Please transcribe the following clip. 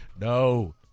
No